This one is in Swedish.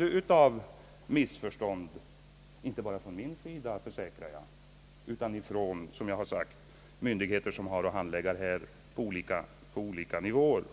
Det skulle ha förebyggt missförstånd inte bara från min sida, det försäkrar jag, utan som jag nämnt även från myndigheter som har att handlägga dessa frågor på olika nivåer.